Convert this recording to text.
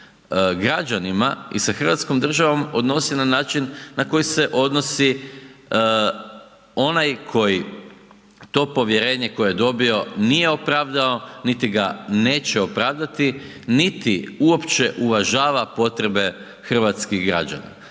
i sa Hrvatskom državom odnosi na način na koji se odnosi onaj koji to povjerenje koje je dobio nije opravdao, niti ga neće opravdati, niti uopće uvažava potrebe hrvatskih građana,